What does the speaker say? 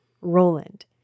Roland